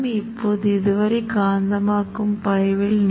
இவை இப்போது தற்போதைய சென்சார்கள் போல் செயல்படுகின்றன